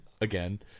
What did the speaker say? again